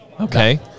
Okay